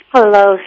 Hello